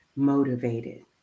motivated